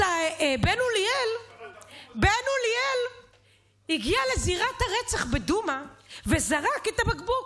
אז בן אוליאל הגיע לזירת הרצח בדומא וזרק את הבקבוק.